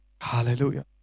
Hallelujah